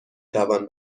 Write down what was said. توان